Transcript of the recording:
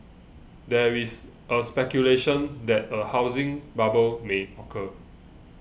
there is speculation that a housing bubble may occur